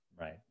right